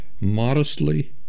modestly